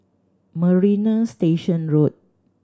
Marina Station Road